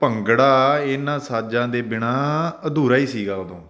ਭੰਗੜਾ ਇਹਨਾਂ ਸਾਜ਼ਾਂ ਦੇ ਬਿਨਾਂ ਅਧੂਰਾ ਹੀ ਸੀਗਾ ਉਦੋਂ